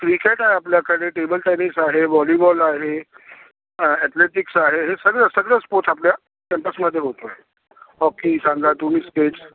cricket आहे आपल्याकडे table tennis आहे व्हॉलीबॉल आहे ॲथलेटिक्स आहे हे सगळं सगळं स्पोर्ट्स आपल्या कॅम्पसमधे होतो आहे हॉकी सांगा तुम्ही स्केट्स